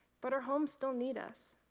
but our homes still need us,